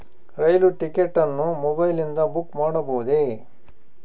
ರೈಲು ticket ಅನ್ನು ಮೊಬೈಲಿಂದ book ಮಾಡಬಹುದೆ?